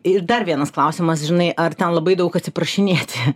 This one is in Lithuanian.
ir dar vienas klausimas žinai ar ten labai daug atsiprašinėti